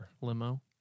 limo